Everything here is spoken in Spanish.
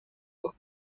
por